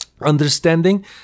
understanding